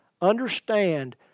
understand